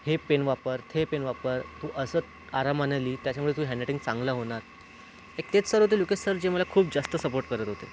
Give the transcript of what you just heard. हे पेन वापर ते पेन वापर तू असं आरामानं लिही त्याच्यामुळे तुझं हॅणरायटिंग चांगलं होणार एक तेच सर होते लुकेत सर जे मला खूप जास्त सपोर्ट करत होते